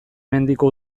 mendiko